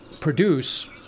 produce